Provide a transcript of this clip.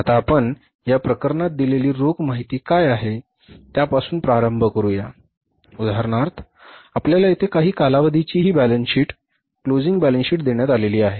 आता आपण या प्रकरणात दिलेली रोख माहिती काय आहे त्यापासून प्रारंभ करूया उदाहरणार्थ आपल्याला येथे काही कालावधीची ही balance sheet closing balance sheet देण्यात आली आहे